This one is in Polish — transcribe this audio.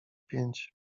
pięć